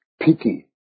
picky